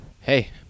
hey